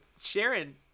Sharon